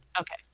Okay